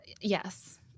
Yes